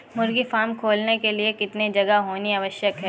मुर्गी फार्म खोलने के लिए कितनी जगह होनी आवश्यक है?